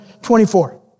24